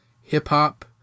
hip-hop